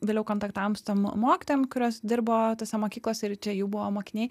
vėliau kontaktavom su tom mokytojam kurios dirbo tose mokyklose ir čia jų buvo mokiniai